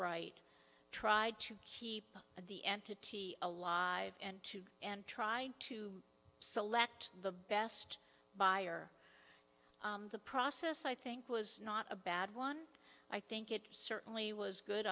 right tried to keep the entity alive and to and try to select the best buyer the process i think was not a bad one i think it certainly was good